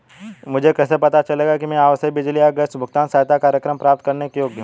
मुझे कैसे पता चलेगा कि मैं आवासीय बिजली या गैस भुगतान सहायता कार्यक्रम प्राप्त करने के योग्य हूँ?